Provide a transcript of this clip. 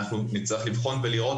נצטרך לראות